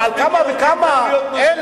אבל על אחת כמה וכמה אלה,